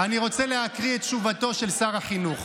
אני רוצה להקריא את תשובתו של שר החינוך.